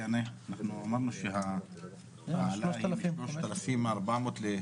כי אמרנו שההעלאה היא מ-3,400.